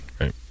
Right